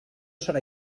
serà